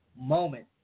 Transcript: moment